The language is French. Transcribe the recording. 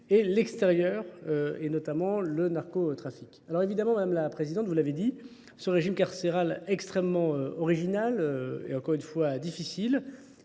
et l'extérieur, et notamment le narcotrafique. Alors évidemment, même la présidente vous l'avait dit, ce régime carcéral extrêmement original, et encore une fois difficile,